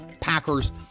Packers